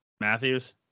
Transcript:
Matthews